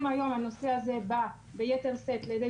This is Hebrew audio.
אם היום הנושא הזה בא ביתר שאת לידי